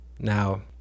Now